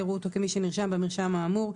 יראו אותו כמי שנרשם במרשם האמור,